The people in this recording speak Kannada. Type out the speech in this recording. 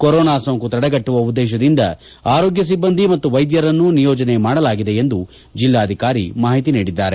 ಕೊರೋನಾ ಸೋಂಕು ತಡೆಗಟ್ಟುವ ಉದ್ದೇಶದಿಂದ ಆರೋಗ್ಯ ಸಿಬ್ಬಂದಿ ಮತ್ತು ವೈದ್ಯರನ್ನು ನಿಯೋಜನೆ ಮಾಡಲಾಗಿದೆ ಎಂದು ಜಿಲ್ಲಾಧಿಕಾರಿ ಮಾಹಿತಿ ನೀಡಿದ್ದಾರೆ